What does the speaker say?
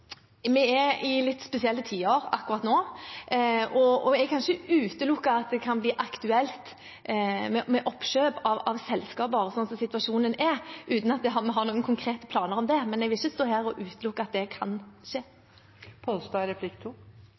Vi er i litt spesielle tider akkurat nå, og jeg kan ikke utelukke at det kan bli aktuelt med oppkjøp av selskaper slik situasjonen er, uten at vi har noen konkrete planer om det. Men jeg vil ikke stå her og utelukke at det kan skje.